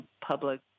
public